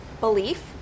belief